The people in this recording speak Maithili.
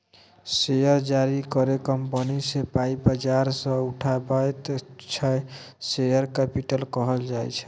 शेयर जारी कए कंपनी जे पाइ बजार सँ उठाबैत छै शेयर कैपिटल कहल जाइ छै